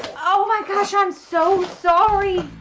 oh my gosh, i'm so sorry.